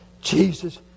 Jesus